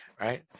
Right